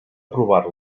aprovar